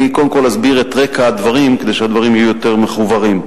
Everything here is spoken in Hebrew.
אני קודם כול אסביר את הרקע כדי שהדברים יהיו יותר מוחוורים.